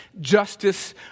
justice